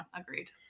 Agreed